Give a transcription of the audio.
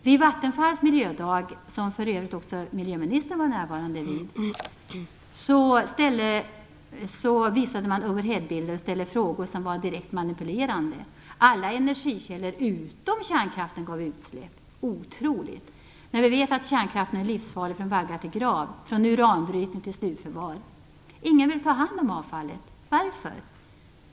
Vid Vattenfalls miljödag, som för övrigt också miljöministern var närvarande vid, visade man overheadbilder och ställde frågor som var direkt manipulerande. Alla energikällor utom kärnkraften gav utsläpp. Otroligt! Vi vet ju att kärnkraften är livsfarlig från vagga till grav, från uranbrytning till slutförvar. Ingen vill ta hand om avfallet. Varför?